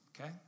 Okay